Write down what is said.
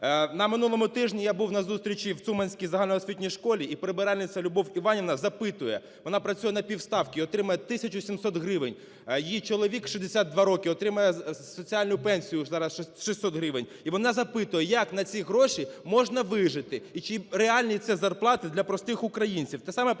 На минулому тижні я був на зустрічі в Цуманській загальноосвітній школі, і прибиральниця Любов Іванівна запитує: вона працює на півставки і отримує 1 тисячу 700 гривень, її чоловік, 62 роки, отримує соціальну пенсію зараз 600 гривень. І вона запитує, як на ці гроші можна вижити і чи реальні це зарплати для простих українців?